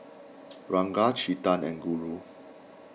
Ranga Chetan and Guru